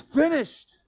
finished